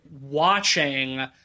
watching